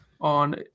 on